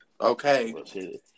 Okay